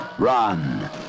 Run